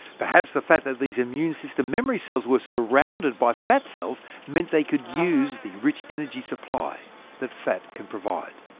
perhaps the fact that these immune system memory cells were surrounded by fat cells meant they could use the rich energy supply that fat can provide.